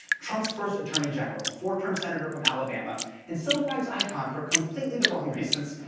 trump's first attorney general. four-term senator from alabama and civil rights icon for completely the wrong reasons.